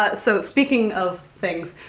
but so speaking of things,